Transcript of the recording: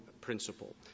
principle